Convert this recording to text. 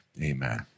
amen